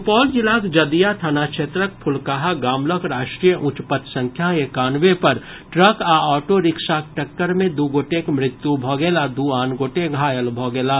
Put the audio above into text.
सुपौल जिलाक जदिया थाना क्षेत्रक फुलकाहा गाम लऽग राष्ट्रीय उच्चपथ संख्या एकानवे पर ट्रक आ ऑटो रिक्शाक टक्कर मे दू गोटेक मृत्यु भऽ गेल आ दू आन गोटे घायल भऽ गेलाह